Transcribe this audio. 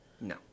No